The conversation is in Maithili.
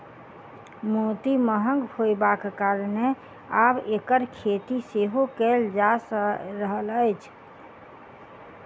मोती महग होयबाक कारणेँ आब एकर खेती सेहो कयल जा रहल अछि